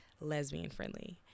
lesbian-friendly